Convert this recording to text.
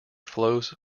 flows